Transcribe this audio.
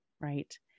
right